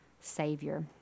Savior